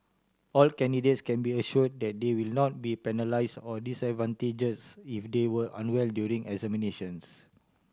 all candidates can be assure that they will not be penalise or disadvantages if they were unwell during examinations